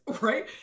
right